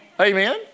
Amen